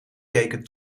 keken